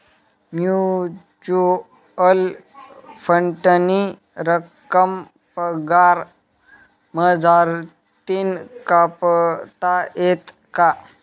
Mutual फंडनी रक्कम पगार मझारतीन कापता येस का?